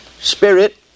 spirit